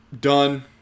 done